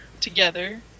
together